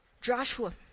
joshua